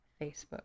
Facebook